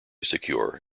secure